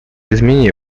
изменения